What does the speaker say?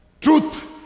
truth